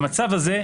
במצב הזה,